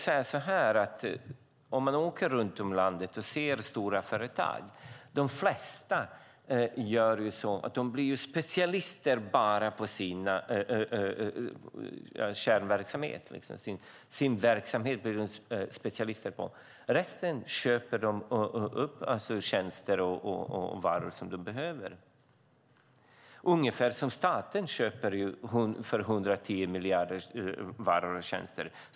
De flesta stora företag runt om i landet blir specialister bara på sin kärnverksamhet. Sedan köper de upp resten av de tjänster och varor som de behöver. Staten köper varor och tjänster för 110 miljarder.